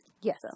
Yes